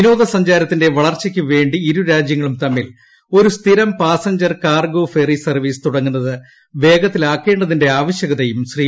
വിനോദസഞ്ചാരത്തിന്റെ വളർച്ചയ്ക്കുവേണ്ടി ഇരുരാജ്യങ്ങളും തമ്മിൽ ഒരു സ്ഥിരം പാസഞ്ചർ കാർഗോ ഫെറി സർവ്വീസ് തുടങ്ങുന്നത് വേഗത്തിലാക്കേണ്ടതിന്റെ ആവശ്യകതയും ശ്രീ